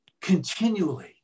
continually